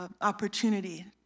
opportunity